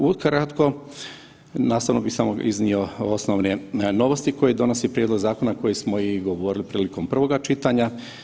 Ukratko, nastavno bi samo iznio osnovne novosti koje donosi prijedlog zakona koje smo i govorili prilikom prvog čitanja.